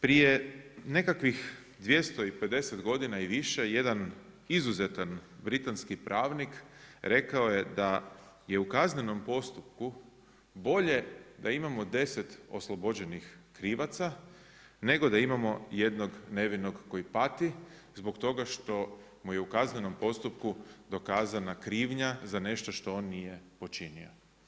Prije nekakvih 250 godina i više jedan izuzetan britanski pravnik rekao je da je u kaznenom postupku bolje da imamo 10 oslobođenih krivaca nego da imamo jednog nevinog koji pati zbog toga što mu je u kaznenom postupku dokazana krivnja za nešto što on nije počinio.